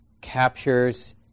captures